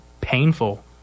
painful